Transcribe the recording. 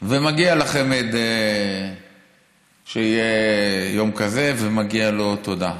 ומגיע לחמ"ד שיהיה יום כזה, ומגיעה לו תודה.